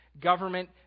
Government